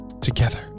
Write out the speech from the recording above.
together